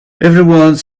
everyone